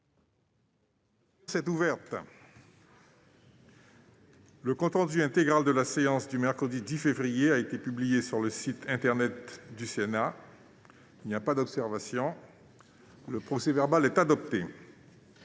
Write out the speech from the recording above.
La séance est ouverte. Le compte rendu intégral de la séance du mercredi 10 février 2021 a été publié sur le site internet du Sénat. Il n'y a pas d'observation ?... Le procès-verbal est adopté.